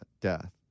death